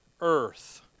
earth